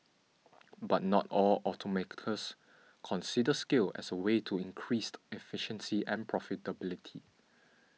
but not all automakers consider scale as a way to increased efficiency and profitability